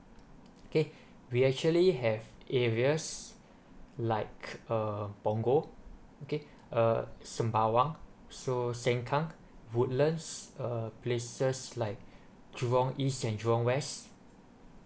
okay we actually have areas like uh punggol okay uh sembawang so sengkang woodlands uh places like jurong east and jurong west